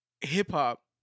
hip-hop